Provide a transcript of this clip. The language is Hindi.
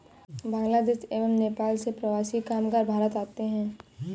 बांग्लादेश एवं नेपाल से प्रवासी कामगार भारत आते हैं